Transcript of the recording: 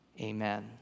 Amen